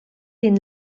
den